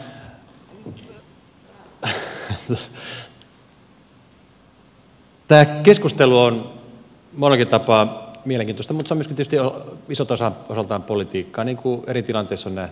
tämä keskustelu on monellakin tapaa mielenkiintoista mutta se on myöskin tietysti isolta osaltaan politiikkaa niin kuin eri tilanteissa on nähty